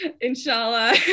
inshallah